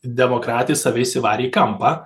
demokratai save įsivarė į kampą